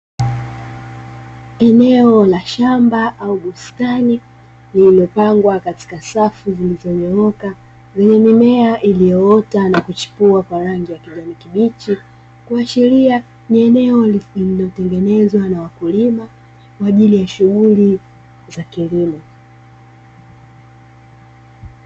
Eneo la shamba au bustani lililopangwa katika safu zilizonyooka, lenye mimea iliyoota na kuchipua kwa rangi ya kijani kibichi, kuashiria ni eneo lililotengenezwa na wakulima kwa ajili ya shughuli za kilimo.